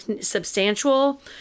substantial